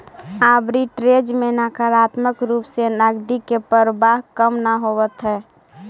arbitrage में नकारात्मक रूप से नकदी के प्रवाह कम न होवऽ हई